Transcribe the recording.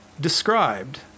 described